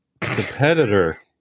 competitor